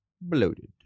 bloated